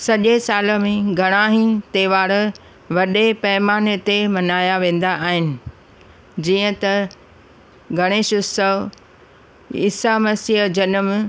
सॼे साल में घणा ई त्योहार वॾे पैमाने ते मनाया वेंदा आहिनि जीअं त गणेश उत्सव ईसा मसीह जो जनम